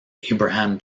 abraham